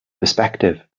perspective